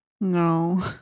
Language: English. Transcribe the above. No